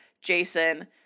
Jason